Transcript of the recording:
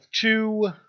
two